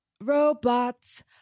robots